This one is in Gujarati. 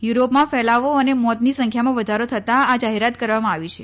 યુરોપમાં ફેલાવો અને મોતની સંખ્યામાં વધારો થતાં આ જાહેરાત કરવામાં આવી છે